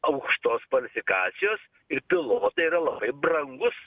aukštos kvalifikacijos ir pilotai yra labai brangus